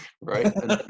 right